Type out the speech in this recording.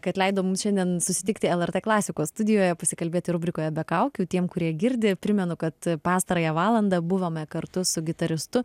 kad leido mum šiandien susitikti lrt klasikos studijoje pasikalbėti rubrikoje be kaukių tiem kurie girdi primenu kad pastarąją valandą buvome kartu su gitaristu